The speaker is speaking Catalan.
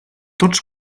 tots